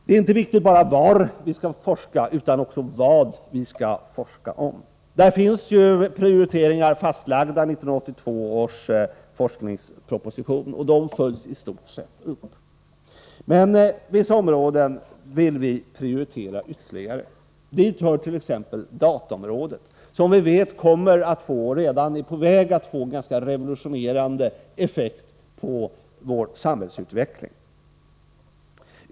Det är inte bara viktigt var vi skall forska utan också vad vi skall forska om. Det finns prioriteringar fastlagda i 1982 års forskningsproposition, och de följs i stort sett upp. Men vissa områden vill vi prioritera ytterligare. Dit hör t.ex. dataområdet, som vi vet kommer att få och redan är på väg att få ganska revolutionerande effekter på vår samhällsutveckling.